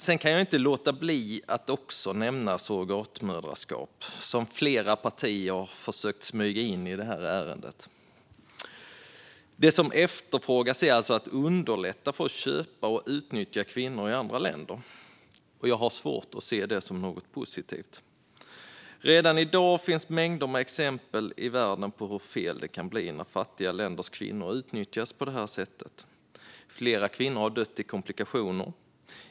Sedan kan jag inte låta bli att också nämna surrogatmödraskap, som flera partier har försökt smyga in i det här ärendet. Det som efterfrågas är alltså att underlätta för att köpa och utnyttja kvinnor i andra länder, och jag har svårt att se det som något positivt. Redan i dag finns mängder av exempel i världen på hur fel det kan bli när fattiga länders kvinnor utnyttjas på det här sättet. Flera kvinnor har dött i komplikationer.